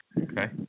Okay